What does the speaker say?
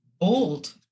old